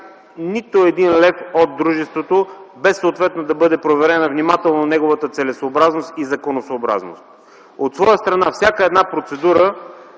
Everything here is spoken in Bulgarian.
не се харчи от дружеството, без да бъде преценена внимателно неговата целесъобразност и законосъобразност. От своя страна, всяка процедура